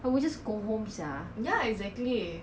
!wah! he got he got show you picture ah